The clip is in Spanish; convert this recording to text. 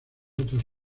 otras